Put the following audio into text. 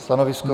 Stanovisko?